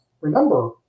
remember